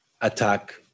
attack